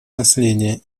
наследия